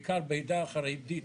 בעיקר בעדה החרדית,